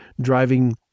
driving